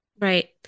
Right